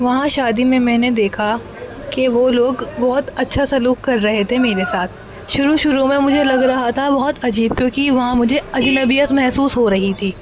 وہاں شادی میں میں نے دیکھا کہ وہ لوگ بہت اچھا سلوک کر رہے تھے میرے ساتھ شروع شروع میں مجھے لگ رہا تھا بہت عجیب کیونکہ وہاں مجھے اجنبیت محسوس ہو رہی تھی